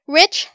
rich